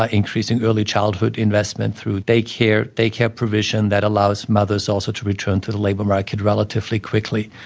ah increasing early childhood investment through daycare, daycare provision that allows mothers also to return to the labor market relatively quickly.